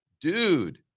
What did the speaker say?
dude